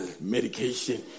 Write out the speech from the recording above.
medication